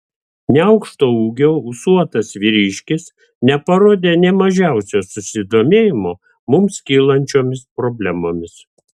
neaukšto ūgio ūsuotas vyriškis neparodė nė mažiausio susidomėjimo mums kylančiomis problemomis